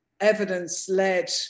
evidence-led